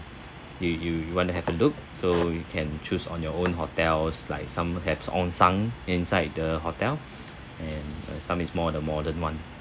you you you want to have a look so you can choose on your own hotels like some have onsen inside the hotel and some is more the modern [one]